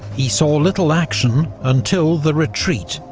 he saw little action until the retreat,